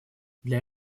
для